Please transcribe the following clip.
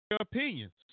opinions